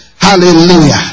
Hallelujah